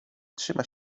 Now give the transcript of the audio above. trzyma